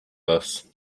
this